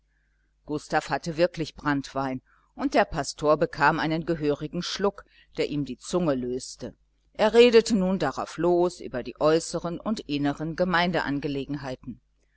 gustav hatte wirklich branntwein und der pastor bekam einen gehörigen schluck der ihm die zunge löste er redete nun darauflos über die äußern und innern